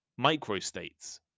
microstates